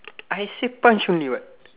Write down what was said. I say punch only what